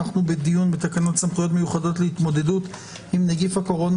על סדר-היום: תקנות סמכויות מיוחדות להתמודדות עם נגיף הקורונה